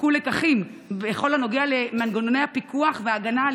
הופקו לקחים בכל הנוגע למנגנוני הפיקוח והגנה על